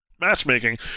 matchmaking